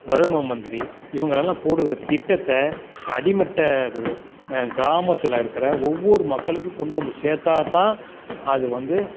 பிரதம மந்திரி இவங்களெல்லாம் போடுகிற திட்டத்தை அடிமட்ட அது கிராமத்தில் இருக்கிற ஒவ்வொரு மக்களுக்கும் கொண்டு வந்து சேர்த்தா தான் அது வந்து